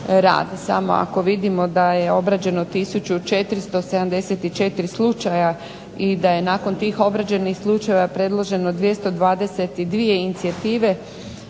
Samo ako vidimo da je obrađeno 1474 slučaja i da je nakon tih obrađenih slučajeva predloženo 222 inicijative